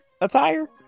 attire